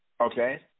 Okay